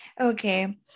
Okay